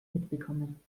mitbekommen